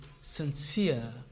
sincere